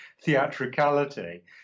theatricality